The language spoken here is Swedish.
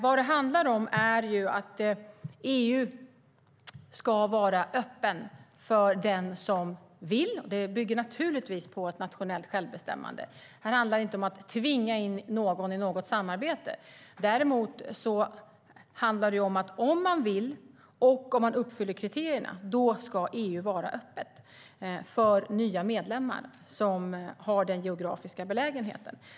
Vad det handlar om är att EU ska vara öppet för den som vill. Det bygger naturligtvis på ett nationellt självbestämmande. Det handlar inte om att tvinga in någon i något samarbete. Däremot handlar det om att om man vill och om man uppfyller kriterierna ska EU vara öppet för nya medlemmar som har den geografiska belägenheten.